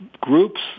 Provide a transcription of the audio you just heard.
groups